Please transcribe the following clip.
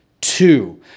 Two